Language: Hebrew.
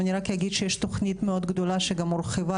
אני רק אגיד שיש תוכנית מאוד גדולה שגם הורחבה,